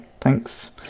thanks